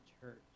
church